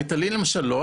"ריטלין" לא,